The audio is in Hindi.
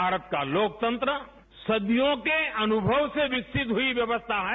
भारत का लोकतंत्र सदियों के अनुभव से विकसित हुई व्यवस्था है